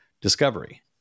discovery